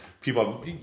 people